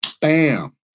bam